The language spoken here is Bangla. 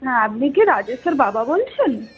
হ্যাঁ আপনি কি রাজেশের বাবা বলছেন